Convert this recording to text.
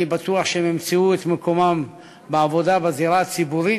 אני בטוח שהם ימצאו את מקומם בעבודה בזירה הציבורית,